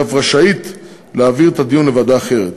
והיא אף רשאית להעביר את הדיון לוועדה אחרת.